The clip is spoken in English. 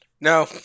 No